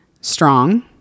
strong